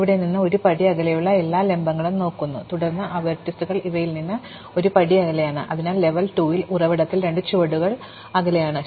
ഉറവിടത്തിൽ നിന്ന് ഒരു പടി അകലെയുള്ള എല്ലാ ലംബങ്ങളും നോക്കുന്നു തുടർന്ന് ആ വെർട്ടീസുകൾ ഇവയിൽ നിന്ന് ഒരു പടി അകലെയാണ് അതിനാൽ ലെവൽ 2 ൽ ഉറവിടത്തിൽ നിന്ന് രണ്ട് ചുവടുകൾ അകലെയാണ്